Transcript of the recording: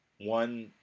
One